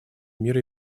мира